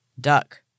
Duck